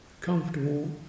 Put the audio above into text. comfortable